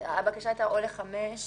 הבקשה הייתה לחמש,